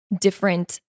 different